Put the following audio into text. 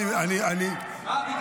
ווליד,